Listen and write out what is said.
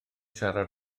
siarad